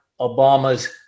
Obama's